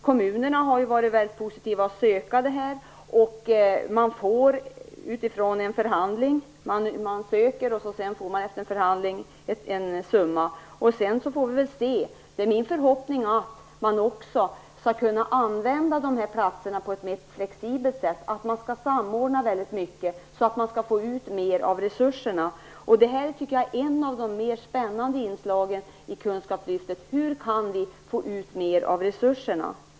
Kommunerna har ju varit väldigt positiva till att söka detta. Man söker, och sedan får man efter en förhandling en summa. Sedan får vi väl se. Det är min förhoppning att man också skall kunna använda de här platserna på ett mer flexibelt sätt och att man skall samordna väldigt mycket så att man får ut mer av resurserna. Det här tycker jag är ett av de mer spännande inslagen i kunskapslyftet: Hur kan vi få ut mer av resurserna?